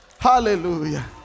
Hallelujah